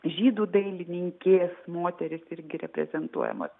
žydų dailininkės moterys irgi reprezentuojamos